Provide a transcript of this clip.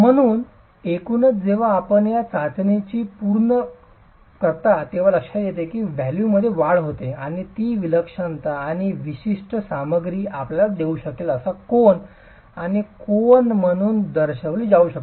म्हणूनच एकूणच जेव्हा आपण या चाचणी पूर्ण करता तेव्हा लक्षात येते की व्हॉल्यूममध्ये वाढ होते आणि ती विशिष्टता आणि विशिष्ट सामग्री आपल्याला देऊ शकेल असा कोन आणि कोन म्हणून दर्शविली जाऊ शकते